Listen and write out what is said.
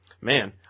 Man